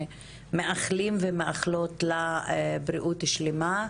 מאחלים ומאחלות לה בריאות שלמה.